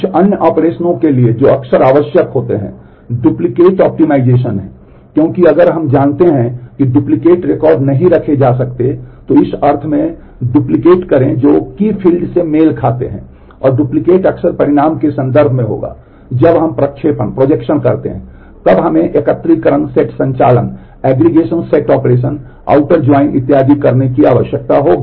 कुछ अन्य ऑपरेशनों के लिए जो अक्सर आवश्यक होते हैं डुप्लिकेट उन्मूलन है क्योंकि अगर हम जानते हैं कि डुप्लिकेट रिकॉर्ड नहीं रखे जा सकते हैं तो इस अर्थ में डुप्लिकेट करें जो कुंजी फ़ील्ड में मेल खाते हैं और डुप्लिकेट अक्सर परिणाम के संदर्भ में होगा वे जब हम प्रक्षेपण करते हैं तब हमें एकत्रीकरण सेट संचालन इत्यादि करने की आवश्यकता होगी